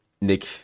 Nick